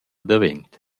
davent